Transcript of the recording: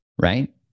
right